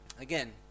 again